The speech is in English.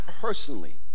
personally